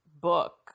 book